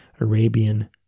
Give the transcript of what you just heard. Arabian